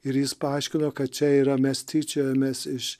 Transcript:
ir jis paaiškino kad čia yra mes tyčiojamės iš